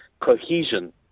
cohesion